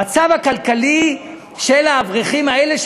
המצב הכלכלי של האברכים האלה,